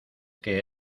que